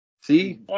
see